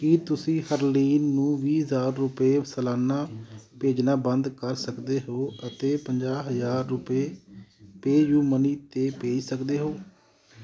ਕੀ ਤੁਸੀਂ ਹਰਲੀਨ ਨੂੰ ਵੀਹ ਹਜ਼ਾਰ ਰੁਪਏ ਸਲਾਨਾ ਭੇਜਣਾ ਬੰਦ ਕਰ ਸਕਦੇ ਹੋ ਅਤੇ ਪੰਜਾਹ ਹਜ਼ਾਰ ਰੁਪਏ ਪੇਅਯੂਮਨੀ 'ਤੇ ਭੇਜ ਸਕਦੇ ਹੋ